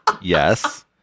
Yes